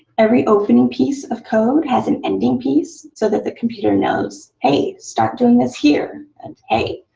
every opening piece of code has an ending piece so that the computer knows, hey, start doing this here, and, hey,